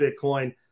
Bitcoin